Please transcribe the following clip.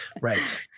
Right